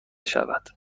شود